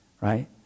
right